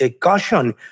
caution